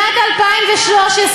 שנדע, מקומות אקדמיים, מדעיים, כלכליים?